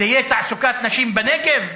תהיה תעסוקת נשים בנגב?